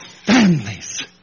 families